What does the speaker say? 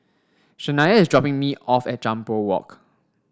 Shania is dropping me off at Jambol Walk